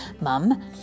Mum